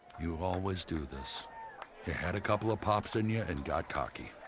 you always do this. you had a couple of pops in you and got cocky.